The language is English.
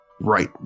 right